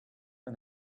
and